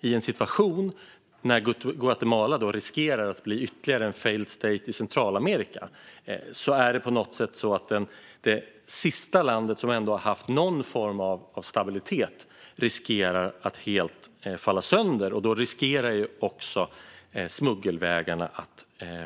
I en situation där Guatemala som det sista landet i Centralamerika som haft någon form av stabilitet helt faller sönder och blir ytterligare en failed state är risken uppenbar att smuggelvägarna